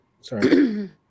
Sorry